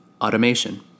automation